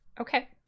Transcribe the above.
okay